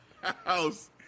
house